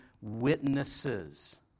witnesses